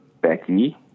Becky